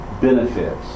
benefits